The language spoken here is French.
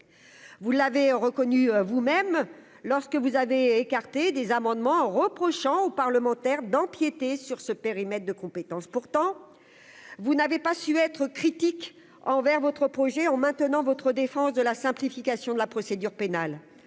vous l'avez reconnu vous-même lorsque vous avez écarté des amendements reprochant au parlementaire d'empiéter sur ce périmètre de compétence pourtant vous n'avez pas su être critique envers votre projet en maintenant votre défense de la simplification de la procédure pénale,